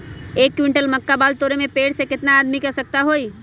एक क्विंटल मक्का बाल तोरे में पेड़ से केतना आदमी के आवश्कता होई?